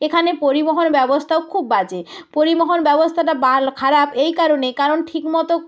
এখানে পরিবহন ব্যবস্থাও খুব বাজে পরিবহন ব্যবস্থাটা খারাপ এই কারণে কারণ ঠিকমতো